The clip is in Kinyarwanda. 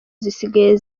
zisigaye